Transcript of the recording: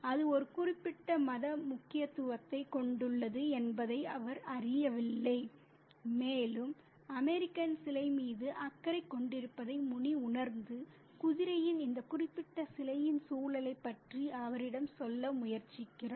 அது ஒரு குறிப்பிட்ட மத முக்கியத்துவத்தைக் கொண்டுள்ளது என்பதை அவர் அறியவில்லை மேலும் அமெரிக்கன் சிலை மீது அக்கறை கொண்டிருப்பதை முனி உணர்ந்து குதிரையின் இந்த குறிப்பிட்ட சிலையின் சூழலைப் பற்றி அவரிடம் சொல்ல முயற்சிக்கிறார்